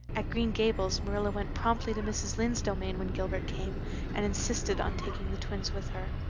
at green gables marilla went promptly to mrs. lynde's domain when gilbert came and insisted on taking the twins with her.